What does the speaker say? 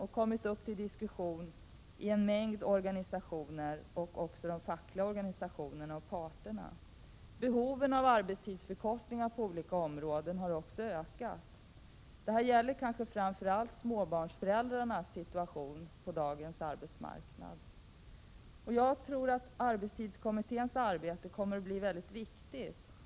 De har kommit upp till diskussion i många organisationer, också de fackliga organisationerna, och hos parterna på arbetsmarknaden. Behoven av arbetstidsförkortningar på olika områden har även ökat. Det gäller kanske framför allt småbarnsföräldrarnas situation på dagens arbetsmarknad. Jag tror att arbetstidskommitténs arbete kommer att bli mycket viktigt.